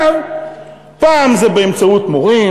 פעם זה באמצעות מורים,